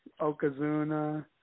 okazuna